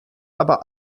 aber